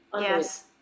Yes